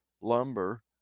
lumber